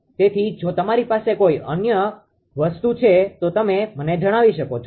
તેથી જો તમારી પાસે કોઈ અન્ય વસ્તુ છે તો તમે મને જણાવી શકો છો